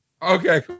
Okay